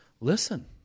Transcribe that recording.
listen